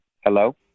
Hello